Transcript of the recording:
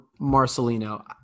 Marcelino